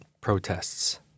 protests